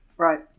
right